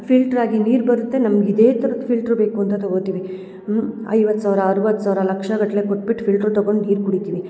filter ಆಗಿ ನೀರು ಬರುತ್ತೆ ನಮ್ಗೆ ಇದೇ ಥರದ ಫಿಲ್ಟ್ರ್ ಬೇಕು ಅಂತ ತಗೊತೀವಿ ಐವತ್ತು ಸಾವಿರ ಅರವತ್ತು ಸಾವಿರ ಲಕ್ಷ ಗಟ್ಲೆ ಕೊಟ್ಬಿಟ್ಟು ಫಿಲ್ಟ್ರ್ ತಗೊಂಡು ನೀರು ಕುಡಿತೀವಿ